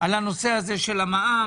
על הנושא הזה של המע"מ,